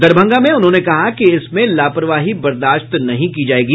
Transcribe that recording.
दरभंगा में उन्होंने कहा कि इसमें लापरवाही बर्दाश्त नहीं की जायेगी